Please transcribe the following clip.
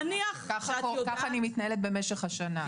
כך אני מתנהלת במשך השנה.